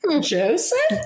joseph